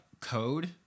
code